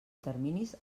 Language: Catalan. terminis